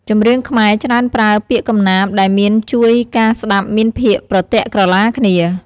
ចម្រៀងខ្មែរច្រើនប្រើ ពាក្យកំណាព្យ ដែលមានជួយការស្តាប់មានភាគប្រទាក់ក្រឡាគ្នា។